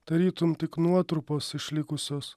tarytum tik nuotrupos išlikusios